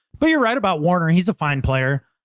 but you're right about warner. he's a fine player.